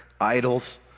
idols